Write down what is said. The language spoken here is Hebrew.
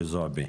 פ/2312/24.